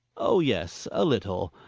oh, yes, a little.